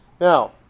Now